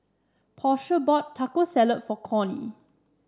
Portia bought Taco Salad for Cornie